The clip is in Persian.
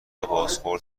بازخورد